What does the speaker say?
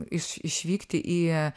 iš išvykti į